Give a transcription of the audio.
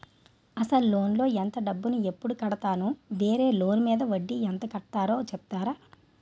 అసలు లోన్ లో కొంత డబ్బు ను ఎప్పుడు కడతాను? వేరే లోన్ మీద వడ్డీ ఎంత కట్తలో చెప్తారా?